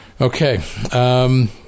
Okay